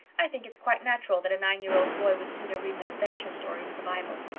i think it's quite natural that a nine-year-old boy would sooner read an adventure story than the bible.